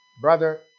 brother